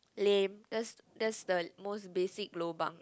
lame that's that's the most basic lobang